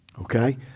Okay